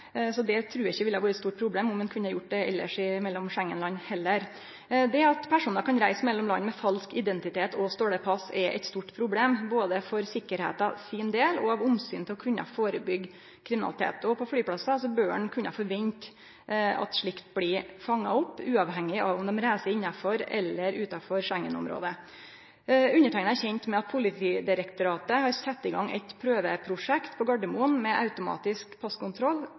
så eg trur heller ikkje det ville vere noko stort problem om ein hadde gjort det elles mellom Schengen-land. Det at personar kan reise mellom land med falsk identitet og stole pass, er eit stort problem, både for sikkerheita for eigen del og av omsyn til å kunne førebyggje kriminalitet. På flyplassar bør ein kunne forvente at slikt blir fanga opp, uavhengig av om ein reiser innanfor eller utanfor Schengen-området. Underteikna er kjend med at Politidirektoratet har sett i gang eit prøveprosjekt på Gardermoen med automatisk